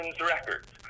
Records